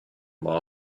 law